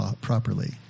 properly